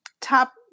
top